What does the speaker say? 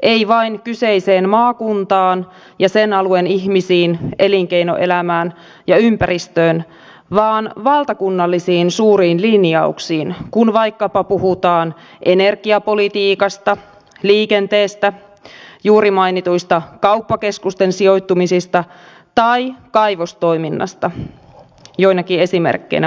ei vain kyseiseen maakuntaan ja sen alueen ihmisiin elinkeinoelämään ja ympäristöön vaan valtakunnallisiin suuriin linjauksiin kun vaikkapa puhutaan energiapolitiikasta liikenteestä juuri mainituista kauppakeskusten sijoittumisista tai kaivostoiminnasta joinakin esimerkkeinä mainitakseni